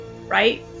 right